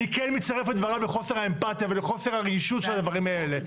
אני כן מצטרף לדבריו לחוסר האמפתיה ולחוסר הרגישות של הדברים האלה.